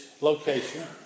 location